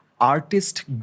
artist